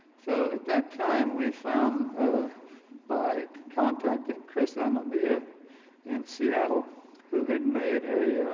so at that time, we found by contacting chris amamia in seattle who had made a